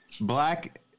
Black